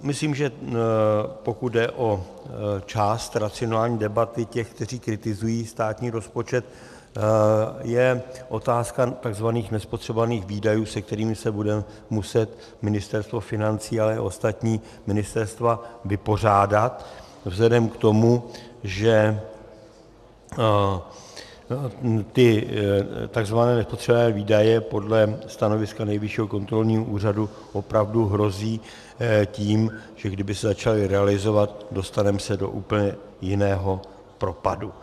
Myslím, že pokud jde o část racionální debaty těch, kteří kritizují státní rozpočet, je otázka tzv. nespotřebovaných výdajů, se kterými se bude muset Ministerstvo financí, ale i ostatní ministerstva vypořádat vzhledem k tomu, že tzv. nespotřebované výdaje podle stanoviska Nejvyššího kontrolního úřadu opravdu hrozí tím, že kdyby se začaly realizovat, dostaneme se do úplně jiného propadu.